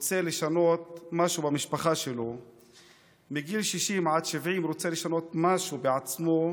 רוצה לשנות משהו במשפחה שלו ומגיל 60 עד 70 הוא רוצה לשנות משהו בעצמו,